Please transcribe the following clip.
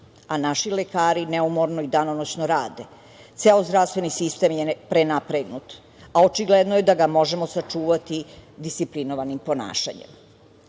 a naši lekari neumorno i danonoćno rade. Ceo zdravstveni sistem je prenapregnut, a očigledno je da ga možemo sačuvati disciplinovanim ponašanjem. Kada